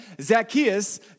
Zacchaeus